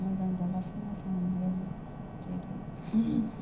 मोजां जाबासो मोजां मोनगोन जेरै